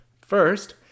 first